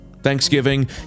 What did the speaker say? Thanksgiving